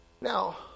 Now